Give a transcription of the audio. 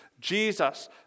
Jesus